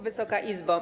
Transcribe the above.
Wysoka Izbo!